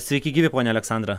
sveiki gyvi ponia aleksandra